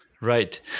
Right